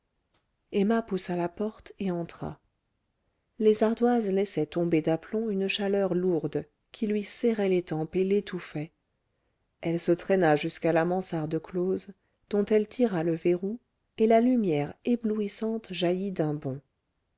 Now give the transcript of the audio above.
emma poussa la porte et entra les ardoises laissaient tomber d'aplomb une chaleur lourde qui lui serrait les tempes et l'étouffait elle se traîna jusqu'à la mansarde close dont elle tira le verrou et la lumière éblouissante jaillit d'un bond